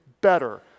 better